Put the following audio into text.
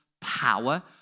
power